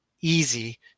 easy